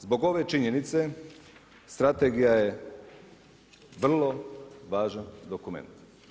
Zbog ove činjenice strategija je vrlo važan dokument.